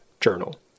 journal